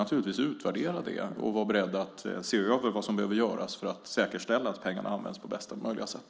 Naturligtvis ska vi utvärdera det och vara beredda att se över vad som behöver göras för att säkerställa att pengarna används på bästa möjliga sätt.